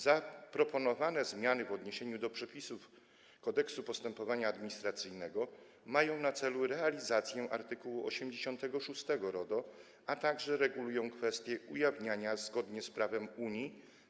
Zaproponowane zmiany w odniesieniu do przepisów Kodeksu postępowania administracyjnego mają na celu realizację art. 86 RODO, a także regulują kwestię ujawniania danych osobowych zgodnie z prawem Unii.